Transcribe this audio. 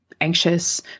anxious